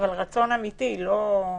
ובוודאי בזמן חירום,